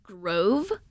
grove